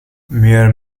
meir